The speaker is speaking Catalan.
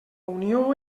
unió